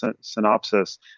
synopsis